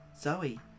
Zoe